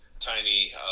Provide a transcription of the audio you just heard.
Tiny